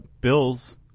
bills